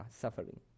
suffering